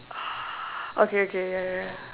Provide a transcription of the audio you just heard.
okay okay wait wait wait wait